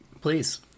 please